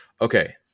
okay